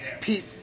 Pete